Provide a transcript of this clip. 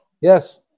yes